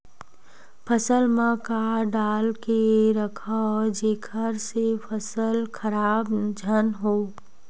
फसल म का डाल के रखव जेखर से फसल खराब झन हो?